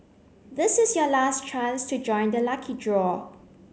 this is your last chance to join the lucky draw